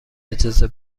اجازه